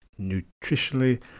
nutritionally